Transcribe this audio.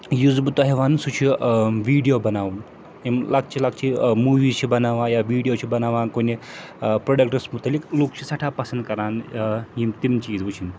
یُس بہٕ تۄہہِ وَنہٕ سُہ چھُ ٲں ویٖڈیو بَناوُن یِم لۄکچہِ لۄکچہِ ٲں موٗویٖز چھِ بَناوان یا ویٖڈیو چھِ بَناوان کُنہِ ٲں پروڈَکٹَس متعلق لوٗکھ چھِ سٮ۪ٹھاہ پَسَنٛد کَران ٲں یِم تِم چیٖز وُچھِنۍ